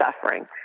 suffering